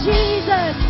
Jesus